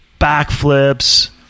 backflips